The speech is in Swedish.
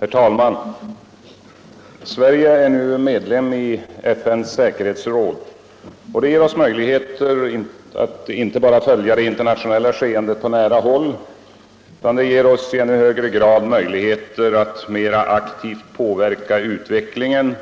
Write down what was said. Herr talman! Sverige är nu medlem i FN:s säkerhetsråd. Det ger oss möjligheter att inte bara följa det internationella skeendet på nära håll utan det ger oss i ännu högre grad möjligheter att än mera aktivt påverka utvecklingen